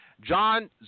John